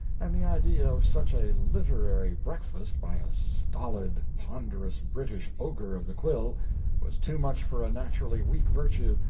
and the idea of such a literary breakfast by a stolid, ponderous british ogre of the quill was too much for a naturally weak virtue,